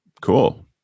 Cool